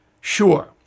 Sure